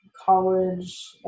college